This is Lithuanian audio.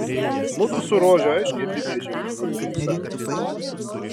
mudu su rože aiškiai apibrėžėme mudviejų santykius